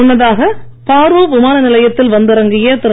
முன்னதாக பாரோ விமான நிலையத்தில் வந்திறங்கிய திரு